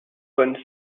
von